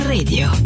Radio